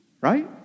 Right